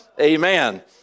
Amen